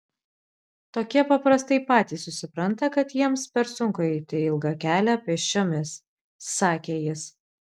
tokie paprastai patys susipranta kad jiems per sunku eiti ilgą kelią pėsčiomis sakė jis